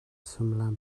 suimilam